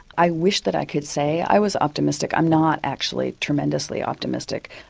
i wish that i could say i was optimistic, i'm not actually tremendously optimistic.